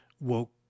woke